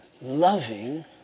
loving